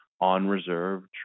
on-reserve